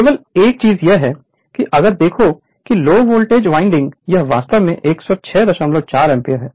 केवल एक चीज यह है कि अगर देखो कि लो वोल्टेज करंट वाइंडिंग यह वास्तव में 1064 एम्पीयर है